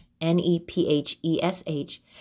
N-E-P-H-E-S-H